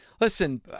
listen